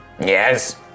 Yes